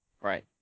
Right